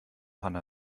hanna